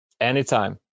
Anytime